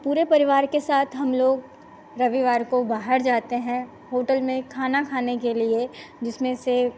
पूरे परिवार के साथ हमलोग रविवार को बाहर जाते हैं होटल में खाना खाने के लिए जिसमें से